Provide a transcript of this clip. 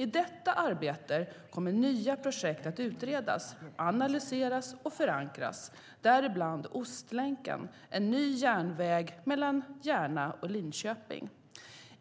I detta arbete kommer nya projekt att utredas, analyseras och förankras, däribland Ostlänken - en ny järnväg mellan Järna och Linköping.